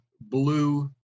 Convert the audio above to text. blue